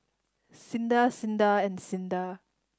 SINDA SINDA and SINDA